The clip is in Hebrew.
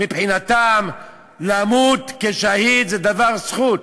מבחינתם למות כשהיד זו זכות.